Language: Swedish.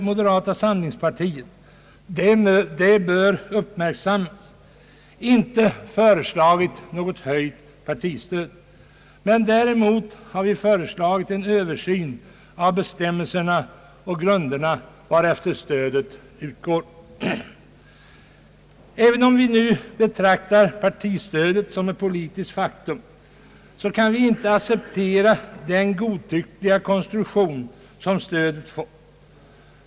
Moderata samlingspartiet har inte — det bör uppmärksammas — föreslagit något höjt partistöd, däremot har vi föreslagit en översyn av bestämmelserna och grunderna enligt vilka stödet utgår. Även om vi nu betraktar partistödet som ett politiskt faktum kan vi inte acceptera den godtyckliga konstruktion som stödet har fått.